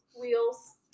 wheels